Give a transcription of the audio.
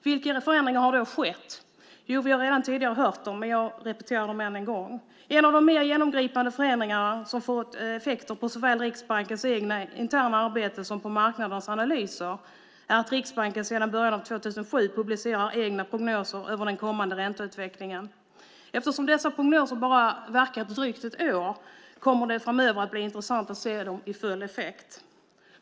Vilka förändringar har då skett? Vi har redan tidigare hört dem, men jag repeterar dem ännu en gång. En av de mer genomgripande förändringarna, som fått effekter på såväl Riksbankens eget interna arbete som marknadens analyser, är att Riksbanken sedan början av 2007 publicerar egna prognoser över den kommande ränteutvecklingen. Eftersom dessa prognoser bara verkat drygt ett år kommer det framöver att se dem i full effekt.